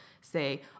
say